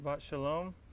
Shalom